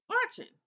watching